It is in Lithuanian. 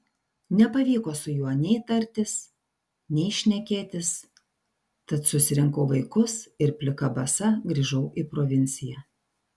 nepavyko su juo nei tartis nei šnekėtis tad susirinkau vaikus ir plika basa grįžau į provinciją